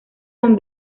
con